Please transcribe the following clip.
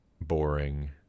boring